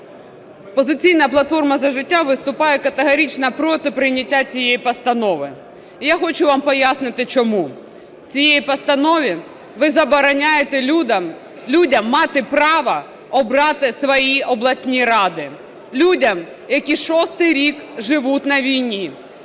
"Опозиційна платформа - За життя" виступає категорично проти прийняття цієї постанови, я хочу вам пояснити чому. У цій постанові ви забороняєте людям мати право обрати свої обласні ради, людям, які шостий рік живуть на війні,